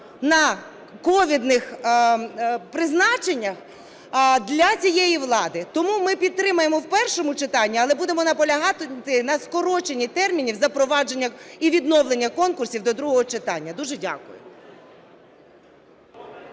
на ковідних призначеннях, для цієї влади. Тому ми підтримуємо в першому читанні, але будемо наполягати на скороченні термінів запровадження і відновлення конкурсів до другого читання. Дуже дякую.